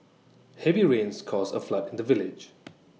heavy rains caused A flood in the village